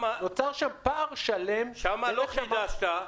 נוצר שם פער שלם --- שם לא חידשת,